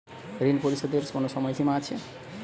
ঋণ পরিশোধের কোনো সময় সীমা আছে?